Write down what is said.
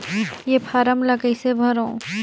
ये फारम ला कइसे भरो?